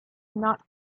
not